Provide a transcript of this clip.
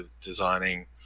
designing